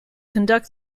conduct